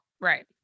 Right